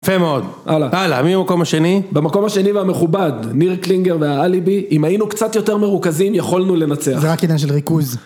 יפה מאוד. הלאה. הלאה, מי במקום השני? במקום השני והמכובד, ניר קלינגר והאליבי, אם היינו קצת יותר מרוכזים יכולנו לנצח. זה רק עניין של ריכוז.